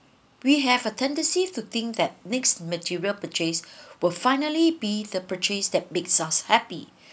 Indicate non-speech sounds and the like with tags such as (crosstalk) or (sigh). we have a tendency to think that next material purchase (breath) will finally be the purchase that makes us happy